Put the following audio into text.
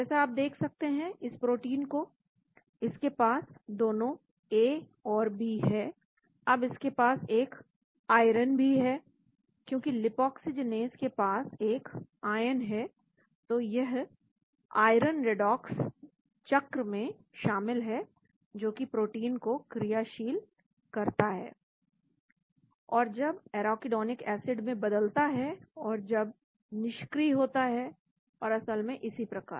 जैसा आप देख सकते हैं इस प्रोटीन को इसके पास दोनों ए और बी है अब इस के पास एक आयरन भी है क्योंकि लीपाक्सीजीनेस के पास एक आयन है तो यह आयरन रेडॉक्स चक्र में शामिल है जोकि प्रोटीन को क्रियाशील करता है और जब एराकीडोनिक एसिड बदलता है और जब निष्क्रिय होता है और असल में इसी प्रकार